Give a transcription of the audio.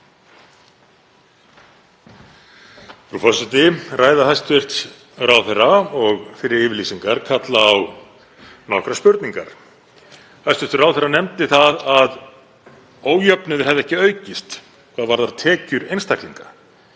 Frú forseti. Ræða hæstv. ráðherra og fyrri yfirlýsingar kalla á nokkrar spurningar. Hæstv. ráðherra nefndi það að ójöfnuður hefði ekki aukist hvað varðar tekjur einstaklinga.